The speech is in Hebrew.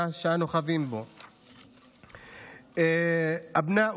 שאנו חווים (אומר דברים בשפה הערבית,